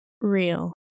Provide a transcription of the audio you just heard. Real